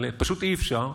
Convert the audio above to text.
פשוט אי-אפשר,